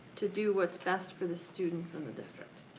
to do what's best for the students and the district.